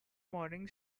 morning